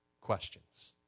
questions